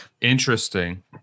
interesting